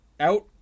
Out